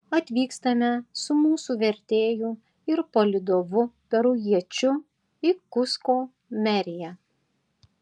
atvykstame su mūsų vertėju ir palydovu perujiečiu į kusko meriją